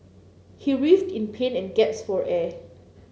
he writhed in pain and gasped for air